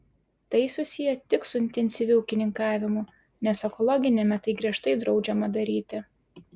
tai susiję tik su intensyviu ūkininkavimu nes ekologiniame tai griežtai draudžiama daryti